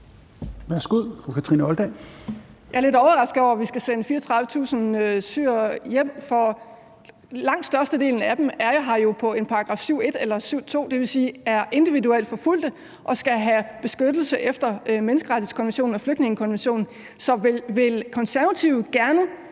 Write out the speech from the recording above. Jeg er lidt overrasket over, at vi skal sende 34.000 syrere hjem, for langt størstedelen af dem er her jo på § 7, stk. 1, eller § 7, stk. 2, dvs. er individuelt forfulgte og skal have beskyttelse efter menneskerettighedskonventionen og flygtningekonventionen. Så vil Konservative gerne